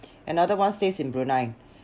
another one stays in Brunei